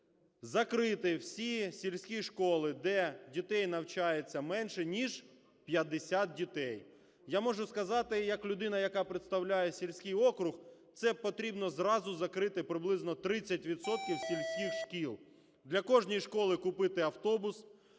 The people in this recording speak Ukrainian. закрити всі сільські школи, де дітей навчається менше ніж 50 дітей. Я можу сказати як людина, яка представляє сільський округ. Це потрібно зразу закрити приблизно 30 відсотків сільських шкіл, для кожної школи купити автобус,